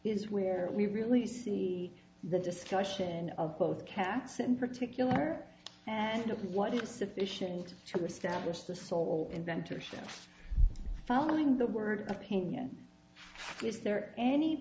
is where we really see the discussion of both cats in particular and what is sufficient to establish the sole inventor status following the word opinion is there any